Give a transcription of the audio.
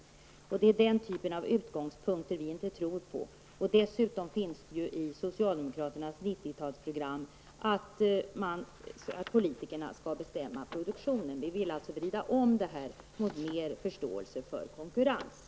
Det är den typen av utgångspunkter som vi inte har någon tilltro till. Dessutom finns det i socialdemokraternas 90-talsprogram sid 169 en passus om att politikerna även fortsättningsvis skall bestämma produktionen. Vi vill alltså ha en vridning här. Vi vill åstadkomma en större förståelse för konkurrensen.